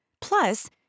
Plus